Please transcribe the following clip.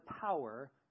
power